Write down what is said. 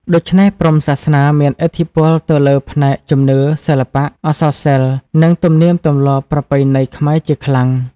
ដូច្នេះ ព្រហ្មសាសនាមានឥទ្ធិពលទៅលើផ្នែក ជំនឿ សិល្បៈ អក្សរសិល្ប៍ និង ទំនៀមទម្លាប់ប្រពៃណីខ្មែរជាខ្លាំង។